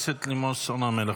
חברת הכנסת לימור סון הר מלך,